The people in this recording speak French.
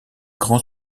grand